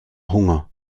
hunger